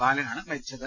ബാലനാണ് മരിച്ചത്